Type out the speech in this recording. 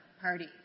party